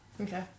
Okay